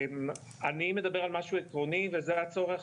אני מדבר על משהו עקרוני וזה הצורך